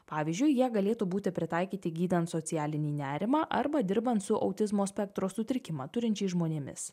pavyzdžiui jie galėtų būti pritaikyti gydant socialinį nerimą arba dirbant su autizmo spektro sutrikimą turinčiais žmonėmis